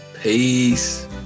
Peace